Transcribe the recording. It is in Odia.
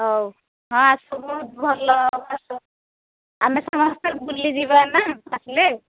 ହଉ ହଁ ଆସିବ ବହୁତ ଭଲ ସବୁ ଆମେ ସମସ୍ତେ ବୁଲିଯିବାନା ଆସିଲେ